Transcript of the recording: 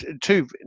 two